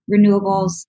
renewables